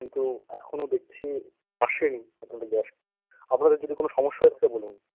কিন্তু এখনও দেখছি আসেনি আপনাদের গ্যাস আপনাদের যদি কোনও সমস্যা হয়ে থাকে বলুন